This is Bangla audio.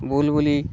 বুলবুলি